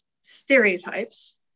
stereotypes